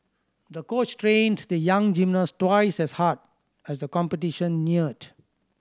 the coach trained the young gymnast twice as hard as the competition neared